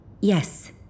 Yes